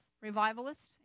revivalists